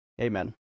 amen